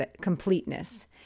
completeness